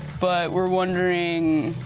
but we're wondering